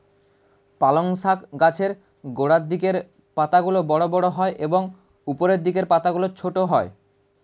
পালং শাক গাছের গোড়ার দিকের পাতাগুলো বড় বড় হয় এবং উপরের দিকের পাতাগুলো ছোট হয়